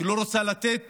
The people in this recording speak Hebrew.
היא לא רוצה לתת